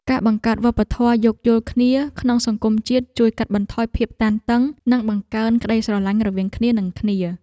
ការបង្កើតវប្បធម៌យោគយល់គ្នាក្នុងសង្គមជាតិជួយកាត់បន្ថយភាពតានតឹង និងបង្កើនក្តីស្រឡាញ់រវាងគ្នានឹងគ្នា។